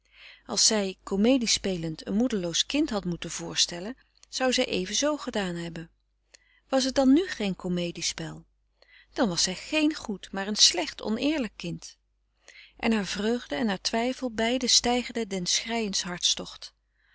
als zij comedie spelend een moederloos kind had moeten voorstellen zou zij even zoo gedaan hebben was het dan nu geen comedie spel dan was zij geen goed maar een slecht oneerlijk kind en haar vreugde en haar twijfel beide steigerden den